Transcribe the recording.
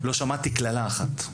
לא שמעתי קללה אחת.